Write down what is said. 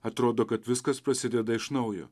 atrodo kad viskas prasideda iš naujo